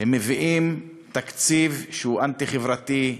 הם מביאים תקציב שהוא אנטי-חברתי,